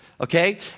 okay